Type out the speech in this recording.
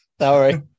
Sorry